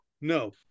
no